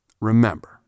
remember